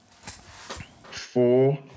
four